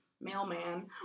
mailman